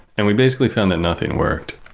and we basically found that nothing worked.